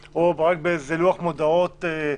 או במקום מאוד איזוטרי,